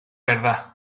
verdad